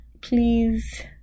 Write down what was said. please